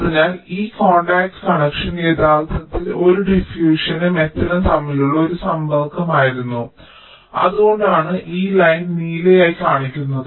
അതിനാൽ ഈ contact connection യഥാർത്ഥത്തിൽ ഒരു ഡിഫ്യൂഷനും മെറ്റലും തമ്മിലുള്ള ഒരു സമ്പർക്കമായിരുന്നു അതിനാൽ അതുകൊണ്ടാണ് ഈ ലൈൻ നീലയായി കാണിക്കുന്നത്